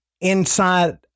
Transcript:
inside